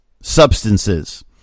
substances